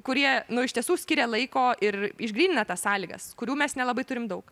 kurie nu iš tiesų skiria laiko ir išgrynina tas sąlygas kurių mes nelabai turim daug